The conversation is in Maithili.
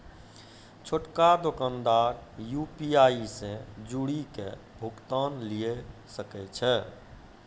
छोटका दोकानदार यू.पी.आई से जुड़ि के भुगतान लिये सकै छै